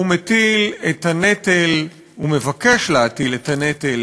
הוא מטיל את הנטל, הוא מבקש להטיל את הנטל